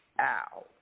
ow